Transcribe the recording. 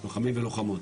לוחמים ולוחמות,